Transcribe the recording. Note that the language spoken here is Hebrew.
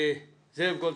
זאב גולדבלאט,